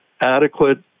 adequate